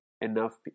enough